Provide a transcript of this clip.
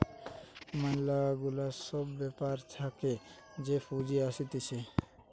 ম্যালা গুলা সব ব্যাপার থাকে যে পুঁজি আসতিছে